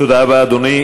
תודה רבה, אדוני.